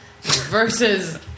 versus